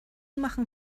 machen